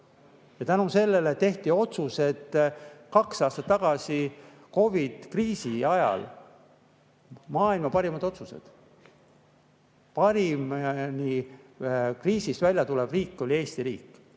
Tänu sellele tehti kaks aastat tagasi COVID-i kriisi ajal maailma parimad otsused. Parim kriisist välja tulev riik oli Eesti riik.